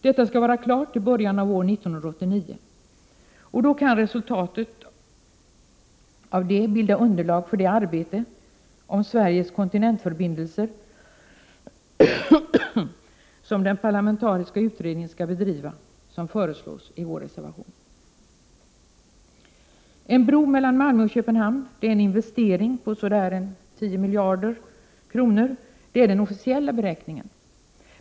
Detta skall vara klart till början av år 1989. Resultatet av det kan bilda underlag för det arbete om Sveriges kontinentförbindelser som den parlamentariska utredning som föreslås i vår reservation skall bedriva. En bro mellan Malmö och Köpenhamn är en investering på ungefär 10 miljarder kronor — det är den officiella beräkningen.